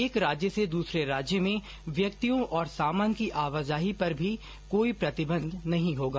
एक राज्य से दूसरे राज्य में व्यक्तियों और सामान की आवाजाही पर भी कोई प्रतिबंध नहीं होगा